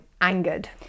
angered